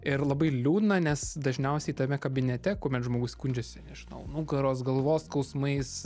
ir labai liūdna nes dažniausiai tame kabinete kuomet žmogus skundžiasi nežinau nugaros galvos skausmais